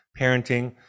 parenting